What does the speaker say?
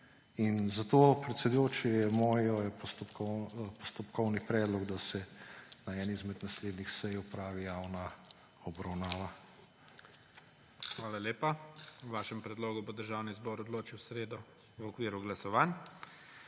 že. Zato, predsedujoči, je moj postopkovni predlog, da se na eni izmed naslednjih sej opravi javna obravnava. PREDSEDNIK IGOR ZORČIČ: Hvala lepa. O vašem predlogu bo Državni zbor odločil v sredo v okviru glasovanj.